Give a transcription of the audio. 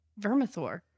Vermithor